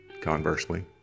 conversely